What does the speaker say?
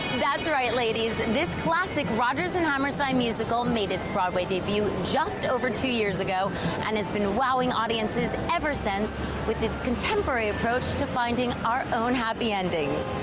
that's right ladies. this classic rodgers and hammerstein musical made its broadway debut just over two years ago and has been wowing audiences ever since with its contemporary approach to finding our own happy endings.